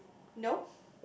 no